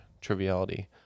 Triviality